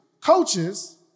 Coaches